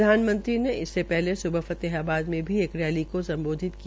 प्रधानमंत्री ने इससे पहले स्बह फतेहबाद में भी एक रैली को सम्बोधित किया